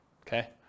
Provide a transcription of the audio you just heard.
Okay